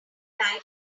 lie